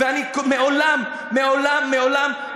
כל חיי פעלתי,